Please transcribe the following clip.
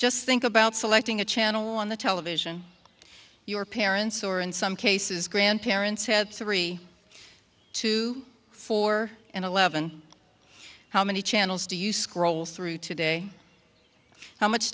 just think about selecting a channel on the television your parents or in some cases grandparents have three two four and eleven how many channels do you scroll through today how much